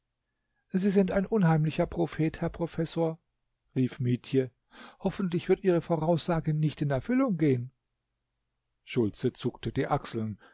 sie sind ein unheimlicher prophet herr professor rief mietje hoffentlich wird ihre voraussage nicht in erfüllung gehen schultze zuckte die achseln